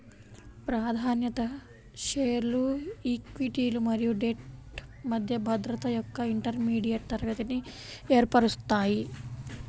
ప్రాధాన్యత షేర్లు ఈక్విటీలు మరియు డెట్ మధ్య భద్రత యొక్క ఇంటర్మీడియట్ తరగతిని ఏర్పరుస్తాయి